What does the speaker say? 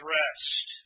rest